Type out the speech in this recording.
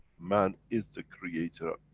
man is the creator,